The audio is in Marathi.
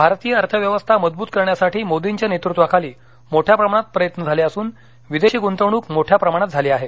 भारतीय अर्थव्यवस्था मजबूत करण्यासाठी मोदींच्या नेतृत्वाखाली मोठ्या प्रमाणात प्रयत्न झाले असून विदेशी गुंतवणूक मोठ्या प्रमाणात झाली आहे